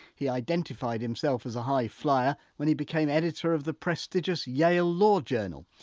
he identified himself as a high-flyer when he became editor of the prestigious yale law journal.